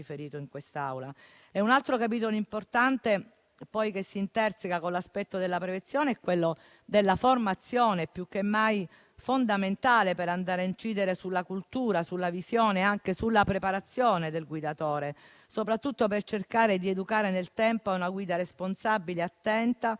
Un altro capitolo importante, che si interseca con l'aspetto della prevenzione, è quello della formazione, più che mai fondamentale per andare a incidere sulla cultura, sulla visione e anche sulla preparazione del guidatore, soprattutto per cercare di educare nel tempo a una guida responsabile e attenta,